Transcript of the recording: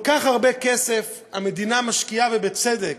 כל כך הרבה כסף המדינה משקיעה, ובצדק,